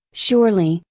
surely,